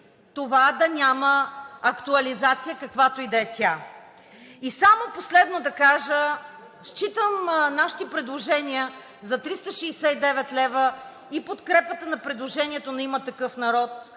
това да няма актуализация, каквато ѝ да е тя. Само последно да кажа: считам нашите предложения за 369 лв. и подкрепата на предложението на „Има такъв народ“